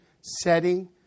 setting